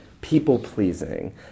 people-pleasing